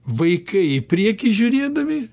vaikai į priekį žiūrėdami